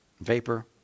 vapor